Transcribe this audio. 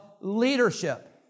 leadership